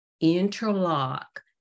interlock